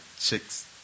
chicks